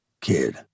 Kid